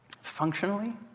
functionally